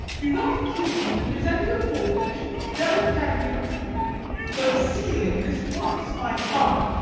do not kill me with resenting a fault which never can be repeated but sealing, this once, my pardon,